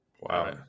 Wow